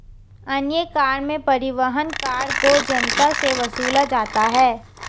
अन्य कर में परिवहन कर को जनता से वसूला जाता है